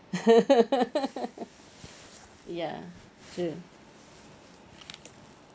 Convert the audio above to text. ya true